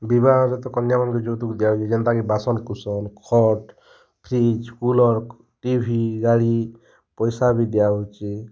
ବିବାହରେ ତ କନ୍ୟା ମାନ୍ଙ୍କୁ ଯୌତୁକ୍ ଦିଆ ହେଉଛେ ଯେନ୍ତା କି ବାସନ୍ କୁସନ୍ ଖଟ୍ ଫ୍ରିଜ୍ କୁଲର୍ ଟିଭି ଗାଡ଼ି ପଏସା ବି ଦିଆ ହେଉଛେ